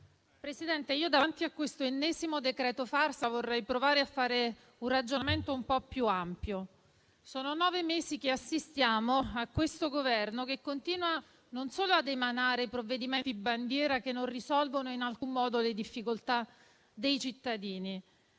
del Governo, davanti a questo ennesimo decreto farsa, vorrei provare a fare un ragionamento un po' più ampio. Sono nove mesi che questo Governo continua ad emanare provvedimenti bandiera che non risolvono in alcun modo le difficoltà dei cittadini,